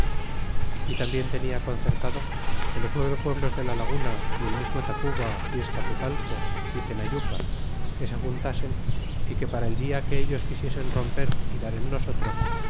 y tambien tenia concertado que los nueve pueblos de la laguna y el mismo tacuba y escapuzalco y tenayuca que se juntasen é que para el dia que ellos quisiesen romper y dar en nosotros